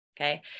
Okay